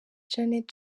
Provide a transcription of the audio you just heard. janet